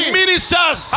ministers